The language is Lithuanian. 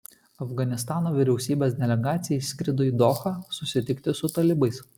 afganistano vyriausybės delegacija išskrido į dohą susitikti su talibais